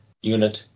unit